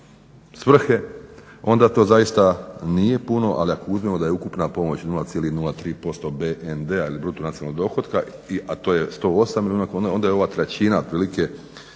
svrhe onda to zaista nije puno. Ali ako uzmemo da je ukupna pomoć 0,03% BND-a ili bruto nacionalnog dohotka a to je 108 milijuna kuna onda je ova trećina otprilike